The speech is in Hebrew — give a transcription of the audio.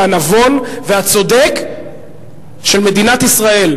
הנבון והצודק של מדינת ישראל,